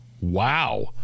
Wow